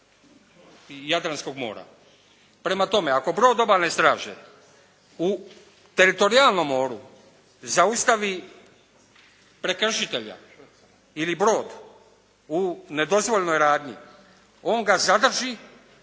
Jadranskog mora. Prema tome, ako brod obalne straže u teritorijalnom moru zaustavi prekršitelja ili brod u nedozvoljenoj radnji, on ga zadrži